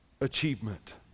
Achievement